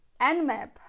Nmap